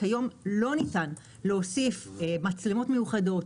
כיום לא ניתן להוסיף מצלמות מיוחדות,